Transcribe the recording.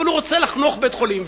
אבל הוא רוצה לחנוך בית-חולים,